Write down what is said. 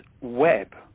web